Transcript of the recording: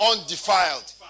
Undefiled